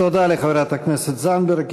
תודה לחברת הכנסת זנדברג.